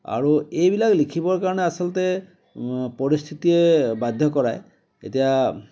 আৰু এইবিলাক লিখিবৰ কাৰণে আচলতে পৰিস্থিতিয়ে বাধ্য কৰায় এতিয়া